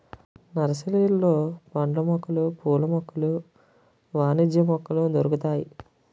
నర్సరీలలో పండ్ల మొక్కలు పూల మొక్కలు వాణిజ్య మొక్కలు దొరుకుతాయి